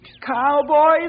Cowboys